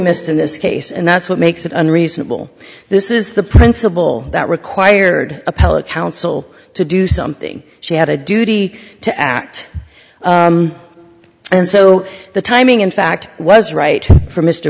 missed in this case and that's what makes it unreasonable this is the principle that required appellate counsel to do something she had a duty to act and so the timing in fact was right for m